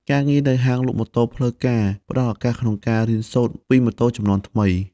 ការងារនៅហាងលក់ម៉ូតូផ្លូវការផ្តល់ឱកាសក្នុងការរៀនសូត្រពីម៉ូតូជំនាន់ថ្មី។